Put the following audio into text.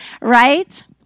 right